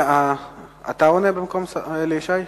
אתה עונה במקום אלי ישי?